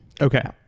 okay